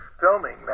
filming